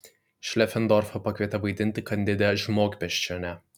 šlefendorfą pakvietė vaidinti kandide žmogbeždžionę